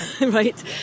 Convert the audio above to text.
right